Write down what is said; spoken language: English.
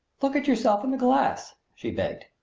look at yourself in the glass, she begged.